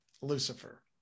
lucifer